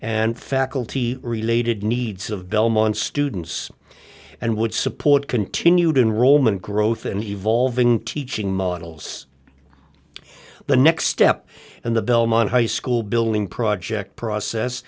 and faculty related needs of belmont students and would support continued in roman growth and evolving teaching models the next step and the belmont high school building project process